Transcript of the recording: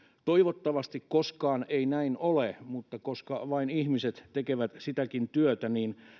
toivottavasti koskaan ei näin ole mutta koska vain ihmiset tekevät sitäkin työtä